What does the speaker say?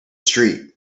street